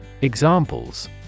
Examples